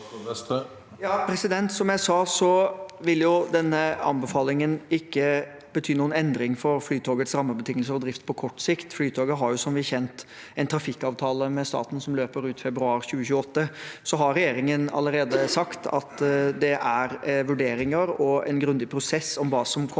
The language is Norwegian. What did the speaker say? Som jeg sa, vil denne anbefalingen ikke bety noen endring for Flytogets rammebetingelser og drift på kort sikt. Flytoget har som kjent en trafikkavtale med staten som løper ut februar 2028. Så har regjeringen allerede sagt at det er vurderinger og en grundig prosess om hva som framover kommer til å være